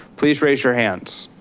please raise your hands.